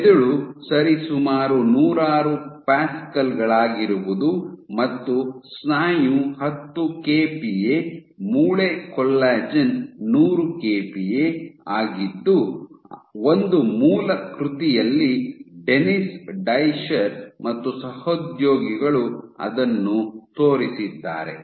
ಮೆದುಳು ಸರಿಸುಮಾರು ನೂರಾರು ಪ್ಯಾಸ್ಕಲ್ ಗಳಾಗಿರುವುದು ಮತ್ತು ಸ್ನಾಯು ಹತ್ತು ಕೆಪಿಎ ಮೂಳೆ ಕೊಲ್ಲಾಜೆನ್ ನೂರು ಕೆಪಿಎ ಆಗಿದ್ದು ಒಂದು ಮೂಲ ಕೃತಿಯಲ್ಲಿ ಡೆನ್ನಿಸ್ ಡಯಿಶ್ಚರ್ ಮತ್ತು ಸಹೋದ್ಯೋಗಿಗಳು ಅದನ್ನು ತೋರಿಸಿದ್ದಾರೆ